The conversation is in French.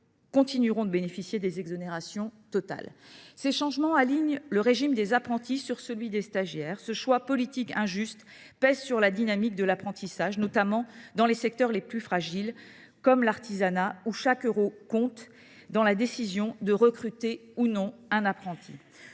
concernera les seuls contrats en cours. Ces changements alignent le régime des apprentis sur celui des stagiaires. Ce choix politique injuste pèse sur la dynamique de l’apprentissage, notamment dans les secteurs les plus fragiles, comme l’artisanat, où chaque euro compte dans la décision de recruter ou non un apprenti.